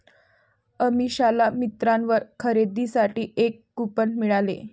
अमिषाला मिंत्रावर खरेदीसाठी एक कूपन मिळाले